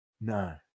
No